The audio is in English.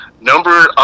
Number